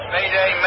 Mayday